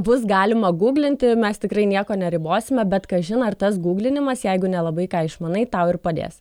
bus galima gūglinti mes tikrai nieko neribosime bet kažin ar tas gūglinimas jeigu nelabai ką išmanai tau ir padės